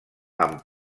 amb